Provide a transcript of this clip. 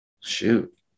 shoot